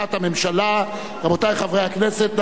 רבותי חברי הכנסת, נא להצביע, מי בעד?